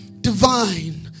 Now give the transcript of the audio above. divine